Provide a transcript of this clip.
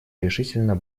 решительно